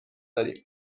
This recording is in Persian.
داریم